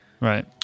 right